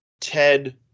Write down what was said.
Ted